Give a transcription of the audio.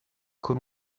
con